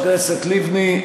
חברת הכנסת לבני,